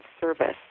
service